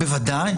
בוודאי.